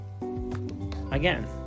Again